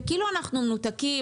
כאילו אנחנו מנותקים,